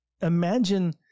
imagine